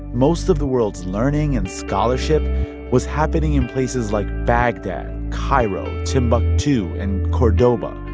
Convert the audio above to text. most of the world's learning and scholarship was happening in places like baghdad, cairo, timbuktu and cordoba.